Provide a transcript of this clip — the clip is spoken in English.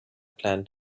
plan